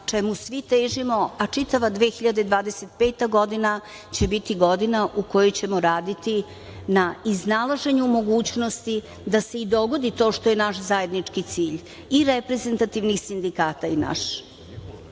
čemu svi težimo, a čitava 2025. godina će biti godina u kojoj ćemo raditi na iznalaženju mogućnosti, da se i dogodi to što je naš zajednički cilj, i reprezentativnih sindikata i naš.